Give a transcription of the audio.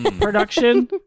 production